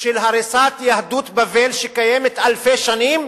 של הריסת יהדות בבל, שקיימת אלפי שנים,